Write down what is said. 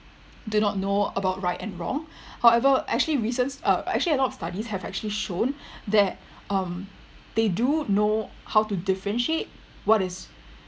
do not know about right and wrong however actually recent uh actually a lot of studies have actually shown that um they do know how to differentiate what is